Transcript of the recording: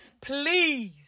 Please